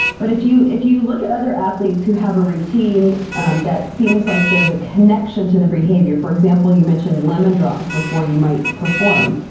but if you if you look at other athletes who have a routine um that seems like there's a connection to their behavior. for example, you mentioned lemon drops before you might perform.